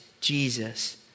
Jesus